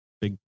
big